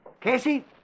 Casey